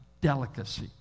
delicacy